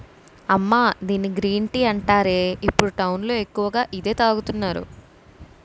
అమ్మా దీన్ని green tea అంటారే, ఇప్పుడు టౌన్ లో ఎక్కువగా ఇదే తాగుతున్నారు